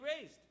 raised